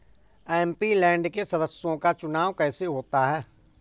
MP land के सदस्यों का चुनाव कैसे होता है?